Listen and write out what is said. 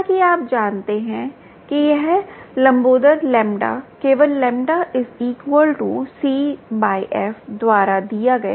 जैसा कि आप जानते हैं कि यह लंबोदर λ केवल λ c f द्वारा दिया गया है